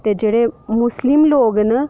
ते जेह्ड़े मुस्लिम लोग न